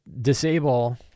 disable